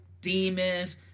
demons